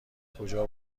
کجا